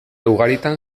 ugaritan